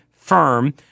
firm